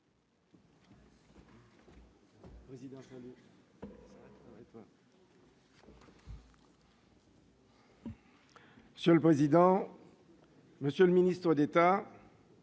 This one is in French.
Monsieur le président, monsieur le ministre d'État,